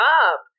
up